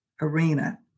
arena